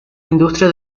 industria